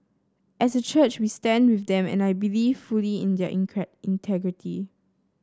as a church we stand with them and I believe fully in their integrity